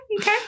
okay